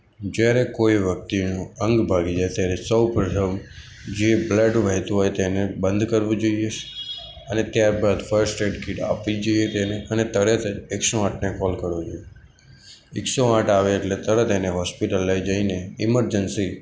જ્યારે કોઈ વ્યક્તિનું અંગ ભાંગી જાય ત્યારે સૌપ્રથમ જે બ્લડ વહેતું હોય તેને બંધ કરવું જોઈએ અને ત્યાર બાદ ફર્સ્ટ એઇડ કિટ આપવી જોઈએ તેને અને તરત જ એકસો આઠને કૉલ કરવો જોઈએ એકસો આઠ આવે એટલે તરત એને હૉસ્પિટલ લઇ જઈને ઇમરજન્સી